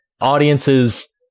audiences